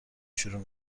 شروع